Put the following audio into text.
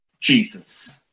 jesus